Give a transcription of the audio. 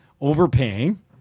overpaying